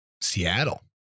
Seattle